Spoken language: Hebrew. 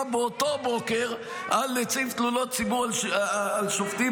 באותו בוקר ------- על נציב תלונות ציבור על שופטים,